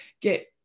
get